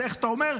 איך אתה אומר?